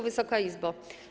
Wysoka Izbo!